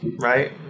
right